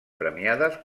premiades